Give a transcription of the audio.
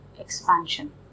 expansion